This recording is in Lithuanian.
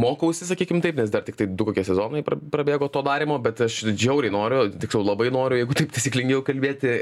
mokausi sakykim taip nes dar tiktai du kokie sezonai prabėgo to varymo bet aš žiauriai noriu tiksliau labai noriu jeigu taip taisyklingiau kalbėti